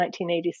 1986